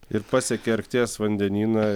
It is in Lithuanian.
ir pasiekei arkties vandenyną